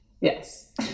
yes